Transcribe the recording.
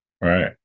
right